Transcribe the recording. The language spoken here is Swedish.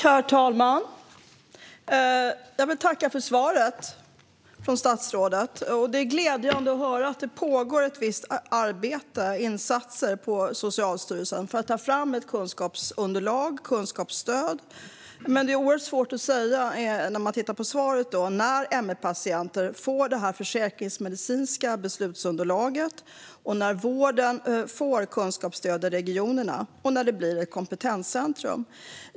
Herr talman! Jag tackar för svaret från statsrådet. Det är glädjande att höra att det pågår ett visst arbete, insatser, på Socialstyrelsen för att ta fram ett kunskapsunderlag, kunskapsstöd. Men när man läser svaret är det oerhört svårt att se när ME-patienter får det försäkringsmedicinska beslutsunderlaget, när vården får kunskapsstöd i regionerna och när det blir ett kompetenscentrum.